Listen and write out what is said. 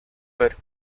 but